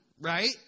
right